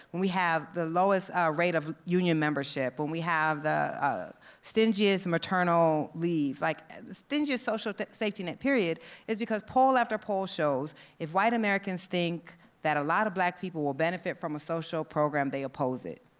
when we have the lowest ah rate of union membership when we have the ah stingiest maternal leave. like the stingiest social safety net period is because poll after poll shows if white americans think that a lot of black people will benefit from a social program, they oppose it.